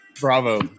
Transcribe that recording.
Bravo